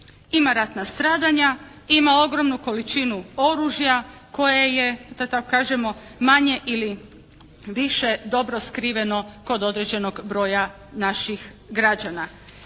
ima ratna stradanja, ima ogromnu količinu oružja koje je da tako kažemo manje ili više dobro skriveno kod određenog broja naših građana.